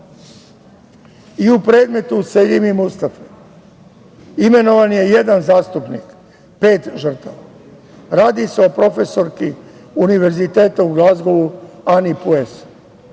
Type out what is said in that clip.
I u predmetu Seljimija Mustafe, imenovan je jedan zastupnik, pet žrtava. Radi se o profesorki Univerziteta u Glagzovu Ani Pues,